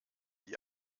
die